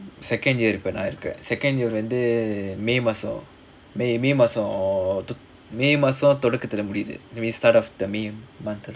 second year இப்ப நா இருக்கேன்:ippa naa irukkaen second year வந்து:vanthu may மாசம்:maasam may மாசம்:maasam may மாசம் தொடக்கத்துல முடியுது:maasam thodakkathula mudiyuthu start of the main mon